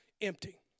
empty